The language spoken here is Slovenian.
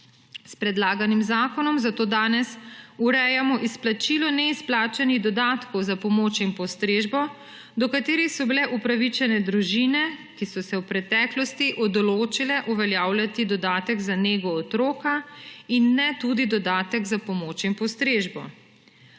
S predlaganim zakonom zato danes urejamo izplačilo neizplačanih dodatkov za pomoč in postrežbo, do katerih so bile upravičene družine, ki so se v preteklosti odločile uveljavljati dodatek za nego otroka in ne tudi dodatka za pomoč in postrežbo.